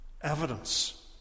evidence